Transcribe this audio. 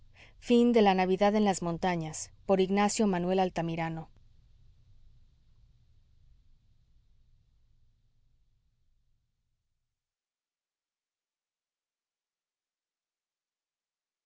project gutenberg's la navidad en las montanas by ignacio manuel altamirano